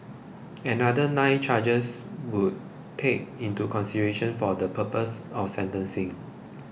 and another nine chargers were take into consideration for the purpose of sentencing